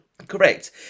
correct